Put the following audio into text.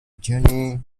journey